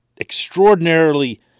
extraordinarily